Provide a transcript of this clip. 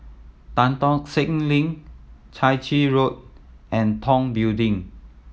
Tan Tock Seng Link Chai Chee Road and Tong Building